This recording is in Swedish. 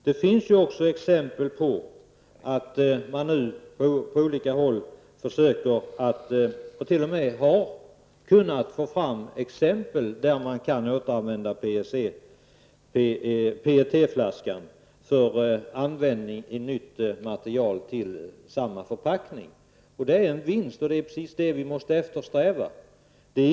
Det finns exempel på att man på sina håll har försökt och t.o.m. lyckats återanvända PET-flaskan i nytt material men med samma förpackning. Det innebär en vinst, något som vi måste eftersträva.